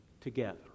together